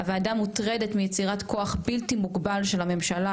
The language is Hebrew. הוועדה מוטרדת מיצירת כוח בלתי מוגבל של הממשלה,